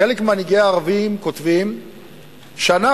חלק ממנהיגי הערבים כותבים שאנחנו,